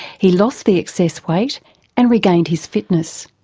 he lost the excess weight and regained his fitness.